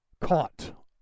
caught